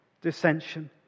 dissension